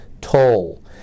toll